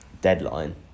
deadline